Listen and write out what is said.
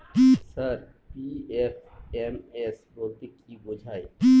Sir PFMS বলতে কি বোঝায়?